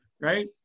right